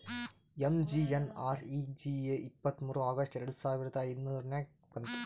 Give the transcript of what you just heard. MGNREGA ಇಪ್ಪತ್ತ್ಮೂರ್ August ಎರಡು ಸಾವಿರದ ಐಯ್ದುರ್ನಾಗ್ ಬಂತು